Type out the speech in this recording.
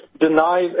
denies